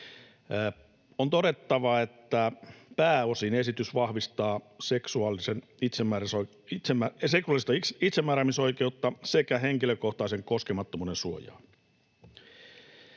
On todettava, että pääosin esitys vahvistaa seksuaalista itsemääräämisoikeutta sekä henkilökohtaisen koskemattomuuden suojaa.